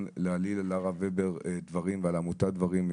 להעליל על הרב הבר דברים ועל העמותה דברים,